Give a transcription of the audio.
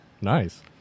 nice